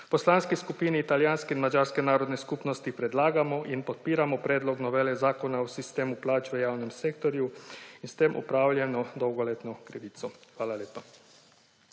Poslanski skupini italijanske in madžarske narodne skupnosti predlagamo in podpiramo predlog novele Zakona o sistemu plač v javnem sektorju in s tem odpravljeno dolgoletno krivico. Hvala lepa.